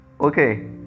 okay